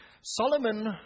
Solomon